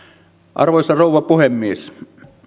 arvoisa rouva puhemies